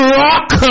rock